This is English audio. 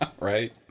right